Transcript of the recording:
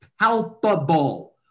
palpable